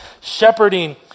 shepherding